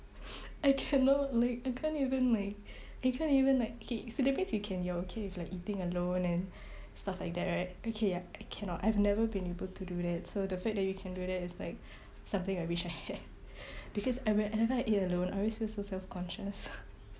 I cannot like I can't even like I can't even like you're okay with like eating alone and stuff like that right okay I cannot I have never been able to do that so the fact that you can do that is like something I wish I had because I will whenever I eat alone I always feel so self conscious